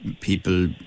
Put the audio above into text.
people